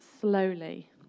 slowly